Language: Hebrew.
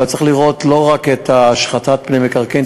אבל צריך לראות לא רק את השחתת פני המקרקעין,